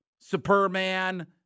Superman